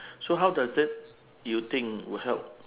so how does that you think will help